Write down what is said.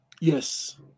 Yes